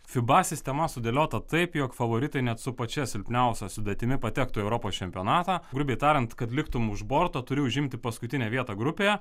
fiba sistema sudėliota taip jog favoritai net su pačia silpniausia sudėtimi patektų į europos čempionatą grubiai tariant kad liktum už borto turi užimti paskutinę vietą grupėje